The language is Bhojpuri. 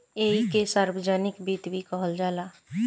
ऐइके सार्वजनिक वित्त भी कहल जाला